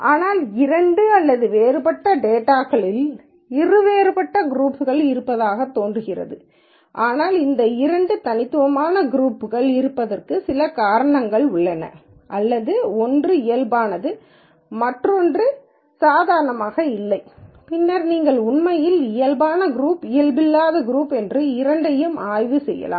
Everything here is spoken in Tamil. ஆனால் இரண்டு அல்லது வேறுபட்ட டேட்டாகளின் இரு வேறுபட்ட குரூப்ஸ் இருப்பதாகத் தோன்றுகிறது ஆனால் இந்த இரண்டு தனித்துவமான குரூப் இருப்பதற்கு சில காரணங்கள் உள்ளன அல்லது ஒன்று இயல்பானது மற்றும் ஒன்று சாதாரணமாக இல்லை பின்னர் நீங்கள் உண்மையில் இயல்பான குரூப் இயல்பு அல்லாத குரூப் இந்த இரண்டையும் ஆய்வு செய்யலாம்